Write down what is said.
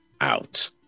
Out